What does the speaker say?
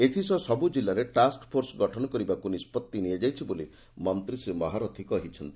ଏଥିସହ ସବୁ ଜିଲ୍ଲାରେ ଟାସ୍କଫୋର୍ସ ଗଠନ କରିବାକୁ ନିଷ୍ବଭି ନିଆଯାଇଛି ବୋଲି ମନ୍ତୀ ଶ୍ରୀ ମହାରଥୀ କହିଛନ୍ତି